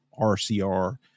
RCR